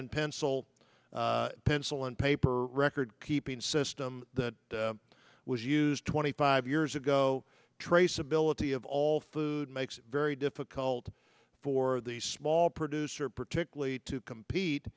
and pencil pencil and paper record keeping system that was used twenty five years ago traceability of all food makes it very difficult for the small producer particularly to compete